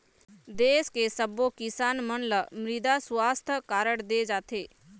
देस के सब्बो किसान मन ल मृदा सुवास्थ कारड दे जाथे